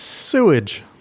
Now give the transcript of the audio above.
sewage